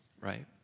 right